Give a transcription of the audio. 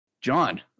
John